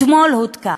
אתמול הותקף.